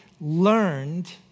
learned